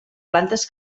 plantes